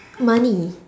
money